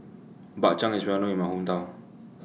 Bak Chang IS Well known in My Hometown